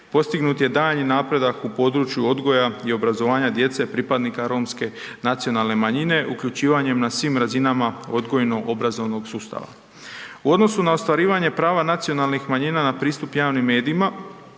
postignut je daljnji napredak u području odgoja i obrazovanja pripadnika romske nacionalne manjine, uključivanjem na svim razinama odgojno-obrazovnog sustava. U odnosu na ostvarivanja prava nacionalnih manjina na pristup javnim medijima,